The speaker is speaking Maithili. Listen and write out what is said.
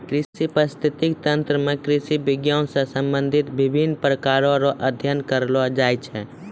कृषि परिस्थितिकी तंत्र मे कृषि विज्ञान से संबंधित विभिन्न प्रकार रो अध्ययन करलो जाय छै